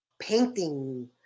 painting